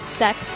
sex